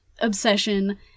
obsession